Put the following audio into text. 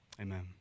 Amen